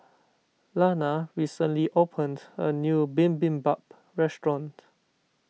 Lana recently opened a new Bibimbap restaurant